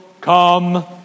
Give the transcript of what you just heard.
come